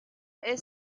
est